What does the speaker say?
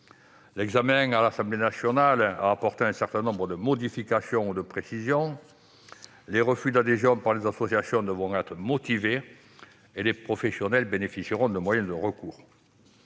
L'examen à l'Assemblée nationale a apporté un certain nombre de modifications ou de précisions. Les refus d'adhésion par les associations devront être motivés, et les professionnels bénéficieront de moyens de recours.